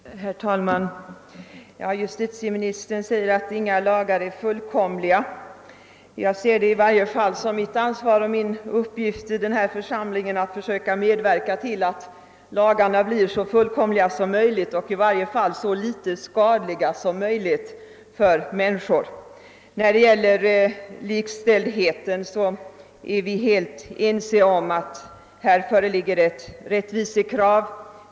Herr talman! Justitieministern säger att inga lagar är fullkomliga. Jag anser det emellertid som mitt ansvar och min uppgift i den här församlingen att söka medverka till att lagarna blir så fullkomliga som möjligt och i varje fall så litet skadliga som möjligt för människorna. När det gäller likställigheten är vi helt ense om att här föreligger ett rättvisekrav.